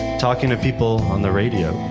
talking to people on the radio.